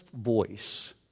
voice